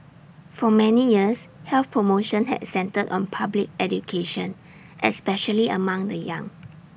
for many years health promotion had centred on public education especially among the young